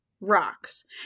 rocks